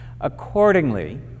Accordingly